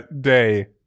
day